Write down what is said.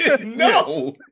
no